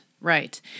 right